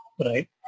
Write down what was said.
Right